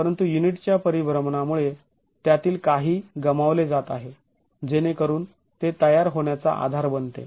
परंतु युनिटच्या परिभ्रमणामुळे त्यातील काही गमावले जात आहे जेणेकरून ते तयार होण्याचा आधार बनते